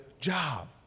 job